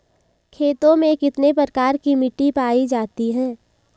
खेतों में कितने प्रकार की मिटी पायी जाती हैं?